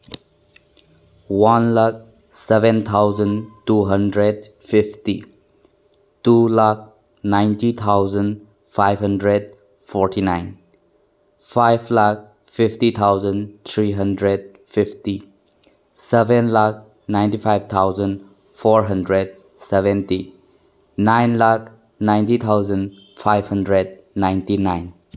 one lakh seven thousand two hundred fifty two lakh ninety thousand five hundred forty nine five lakh fifty thousand three hundred fifty seven lakh ninety five thousand four hundred seventy nine lakh ninety thousand five hundred ninety nine